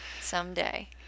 someday